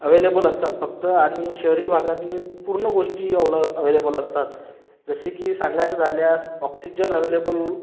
available असतात फक्त आणि शहरी भागातनी पूर्ण गोष्टी अवल अवेलेबल असतात जसे की सांगायचं झाल्यास ऑक्सिजन अवेलेबल